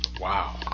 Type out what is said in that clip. Wow